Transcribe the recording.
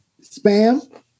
Spam